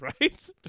right